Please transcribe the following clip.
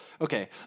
Okay